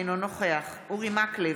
אינו נוכח אורי מקלב,